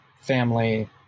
family